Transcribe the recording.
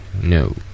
No